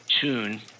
tune